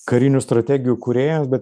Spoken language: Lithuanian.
karinių strategijų kūrėjams bet